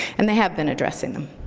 and they have been addressing them.